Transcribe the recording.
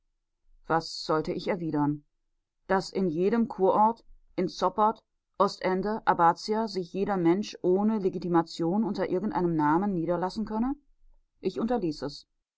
was sollte ich erwidern daß in jedem kurort in zoppot ostende abbazia sich jeder mensch ohne legitimation unter irgendeinem namen niederlassen könne ich unterließ es